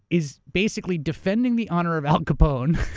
is basically defending the honor of al capone